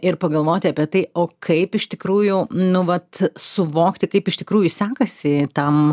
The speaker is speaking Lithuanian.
ir pagalvoti apie tai o kaip iš tikrųjų nu vat suvokti kaip iš tikrųjų sekasi tam